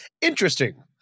Interesting